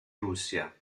russia